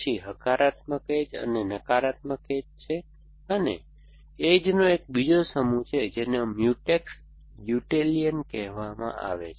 પછી હકારાત્મક એજ અને નકારાત્મક એજ છે અને એજનો એક બીજો સમૂહ છે જેને મ્યુટેક્સ યુલેટિયન કહેવામાં આવે છે